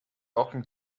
often